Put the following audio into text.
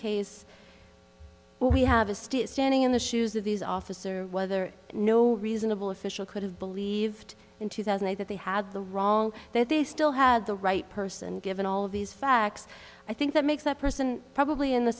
case we have a state standing in the shoes of these officers whether no reasonable official could have believed in two thousand that they had the wrong that they still had the right person given all of these facts i think that makes that person probably in the